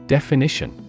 Definition